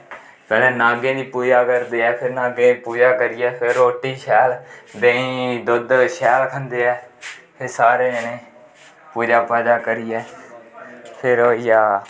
कदै नागे दी पुजा करदे ऐ फिर नागे दी पुजा करियै फिर रोटी शैल देहीं दुध शैल खंदे ऐ फिर सारे जनें पुजा पाजा करियै फिर होई गेआ